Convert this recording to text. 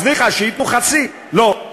אז ניחא, שייתנו חצי, לא.